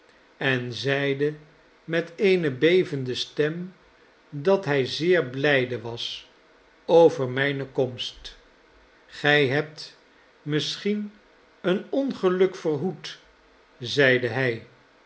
en zeide met eene bevende stem dat hij zeer blijde was over mijne komst gij hebt misschien een ongeluk verhoed zeide hij